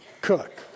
Cook